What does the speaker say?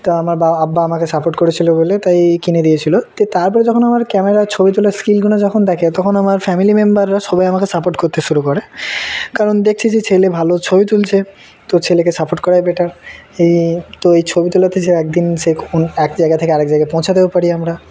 তা আমার বা আব্বা আমাকে সাপোর্ট করেছিল বলে তাই কিনে দিয়েছিল তো তার পরে যখন আমার ক্যামেরার ছবি তোলার স্কিলগুলো যখন দেখে তখন আমার ফ্যামিলি মেম্বাররা সবাই আমাকে সাপোর্ট করতে শুরু করে কারণ দেখছে যে ছেলে ভালো ছবি তুলছে তো ছেলেকে সাপোর্ট করাই বেটার এই তো এই ছবি তোলাতে সে একদিন সে কোন এক জায়গা থেকে আরেক জায়গায় পৌঁছাতেও পারি আমরা